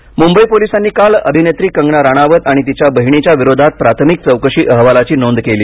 कंगना मुंबई पोलिसांनी काल अभिनत्री कंगना राणावत आणि तिच्या बहिणीच्या विरोधात प्राथमिक चौकशी अहवालाची नोंद केली